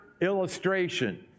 illustration